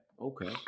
Okay